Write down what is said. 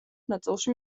ნაწილში